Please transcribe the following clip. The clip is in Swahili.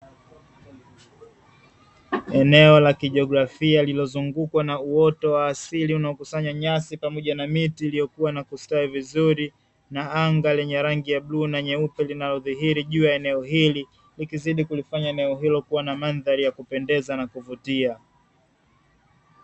Eneo la kijiografia lililozungukwa na uoto wa asili unaokusanya nyasi pamoja na miti iliyopandwa na kustawi vizuri na anga lenye rangi ya bluu na nyeupe linalodhihiri juu ya eneo hili, ikizidi kufanya eneo hili kuwa na mandhari ya kupendeza na kuvutia.